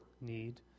need